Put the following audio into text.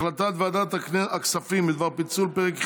הצעת ועדת הכספים בדבר פיצול פרק ח'